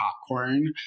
popcorn